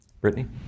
Brittany